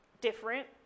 different